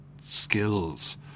skills